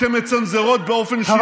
שמצנזרות באופן שוטף.